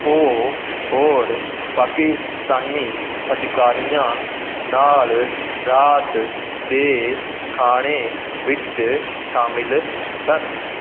ਉਹ ਹੋਰ ਪਾਕਿਸਤਾਨੀ ਅਧਿਕਾਰੀਆਂ ਨਾਲ ਰਾਤ ਦੇ ਖਾਣੇ ਵਿੱਚ ਸ਼ਾਮਿਲ ਸਨ